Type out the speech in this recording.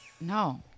No